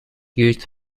youth